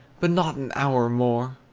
but not an hour more!